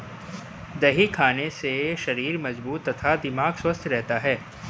दही खाने से शरीर मजबूत तथा दिमाग स्वस्थ रहता है